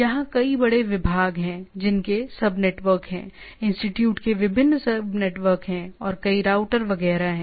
यहां कई बड़े विभाग हैं जिनके सब नेटवर्क हैं इंस्टिट्यूट के विभिन्न सब नेटवर्क हैं और कई राउटर वगैरह हैं